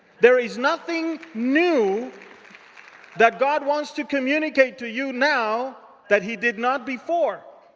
there is nothing new that god wants to communicate to you now. that he did not before.